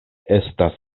estas